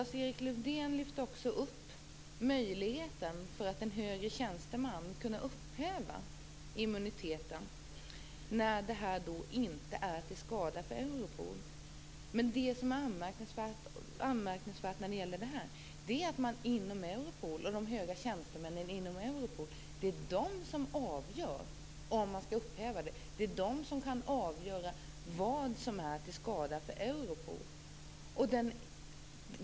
Lars-Erik Lövdén lyfte fram möjligheten för en högre tjänsteman att få immuniteten upphävd när det inte är till skada för Europol. Vad som här är anmärkningsvärt är att de höga tjänstemännen inom Europol avgör om immuniteten skall upphävas. Det är de som kan avgöra vad som är till skada för Europol.